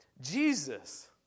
Jesus